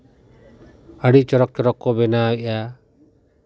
ᱟᱹᱰᱤ ᱪᱚᱨᱚᱠ ᱠᱚ ᱵᱮᱱᱟᱣ ᱮᱫᱼᱟ